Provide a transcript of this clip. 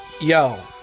Yo